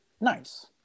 Nice